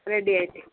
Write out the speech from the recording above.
red అయితే